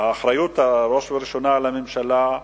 האחריות היא בראש ובראשונה על הממשלה.